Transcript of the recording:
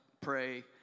pray